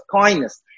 kindness